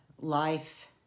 life